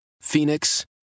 Phoenix